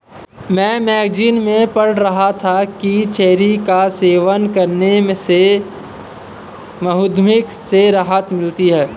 मैं मैगजीन में पढ़ रहा था कि चेरी का सेवन करने से मधुमेह से राहत मिलती है